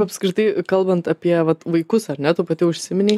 apskritai kalbant apie vat vaikus ar ne tu pati užsiminei